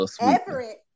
Everett